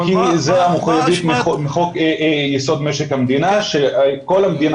זו מחויבות מחוק יסוד משק המדינה וכל המדינה